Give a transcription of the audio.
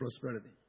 prosperity